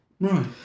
Right